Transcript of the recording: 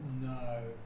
No